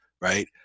Right